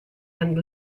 and